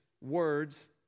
words